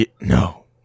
No